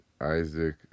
Isaac